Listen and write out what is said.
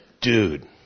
dude